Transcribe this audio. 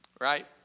right